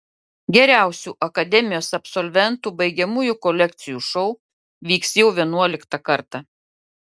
geriausių akademijos absolventų baigiamųjų kolekcijų šou vyks jau vienuoliktą kartą